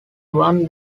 one